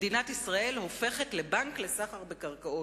מדינת ישראל הופכת לבנק לסחר בקרקעות.